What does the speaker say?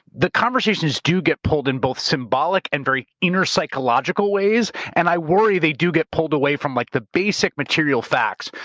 the conversations do get pulled in both symbolic and very inner psychological ways, and i worry they do get pulled away from like the basic material facts,